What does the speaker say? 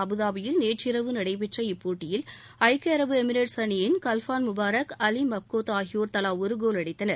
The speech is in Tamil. அபுதாபியில் நேற்றிரவு நடைபெற்ற இப்போட்டியில் ஐக்கிய அரபு எமிரேஸ் அணியின் கல்ஃபான் முபாரக் அலி மப்கோத் ஆகியோர் தலா ஒரு கோல் அடித்தனர்